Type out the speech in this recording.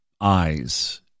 eyes